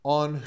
on